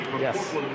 yes